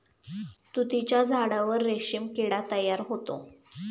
तुतीच्या झाडावर रेशीम किडा तयार होतो